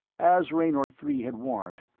as raynor three had warned,